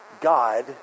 God